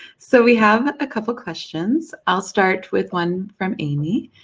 so we have a couple of questions. i will start with one from amy.